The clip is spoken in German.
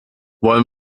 wollen